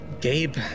Gabe